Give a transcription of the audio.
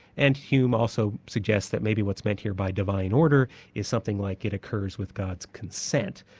and hume also suggests that maybe what's meant here by divine order is something like it occurs with god's consent.